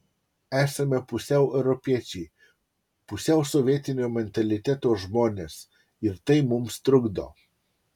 esame pusiau europiečiai pusiau sovietinio mentaliteto žmonės ir tai mums trukdo